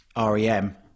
REM